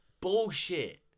bullshit